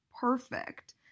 perfect